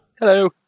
hello